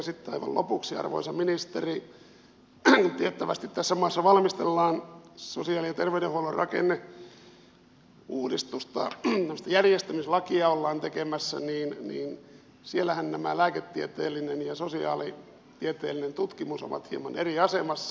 sitten aivan lopuksi arvoisa ministeri kun tiettävästi tässä maassa valmistellaan sosiaali ja terveydenhuollon rakenneuudistusta tämmöistä järjestämislakia ollaan tekemässä niin siellähän nämä lääketieteellinen ja sosiaalitieteellinen tutkimus ovat hieman eri asemassa